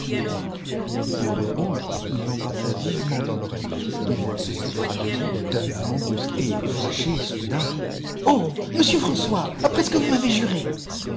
pour répondre il l'embrassa vivement dans l'oreille mais elle se sépara de lui d'un mouvement brusque et fichée soudain oh monsieur françois après ce que vous m'avez juré